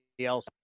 else